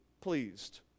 pleased